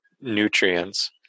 nutrients